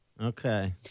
Okay